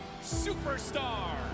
superstar